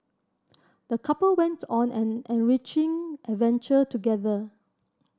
the couple went on an enriching adventure together